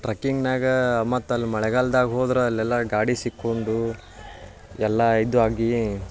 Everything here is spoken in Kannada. ಟ್ರಕ್ಕಿಂಗ್ನ್ಯಾಗ ಮತ್ತು ಅಲ್ಲಿ ಮಳೆಗಾಲ್ದಾಗ ಹೋದ್ರೆ ಅಲ್ಲೆಲ್ಲ ಗಾಡಿ ಸಿಕ್ಕೊಂಡು ಎಲ್ಲ ಇದು ಆಗಿ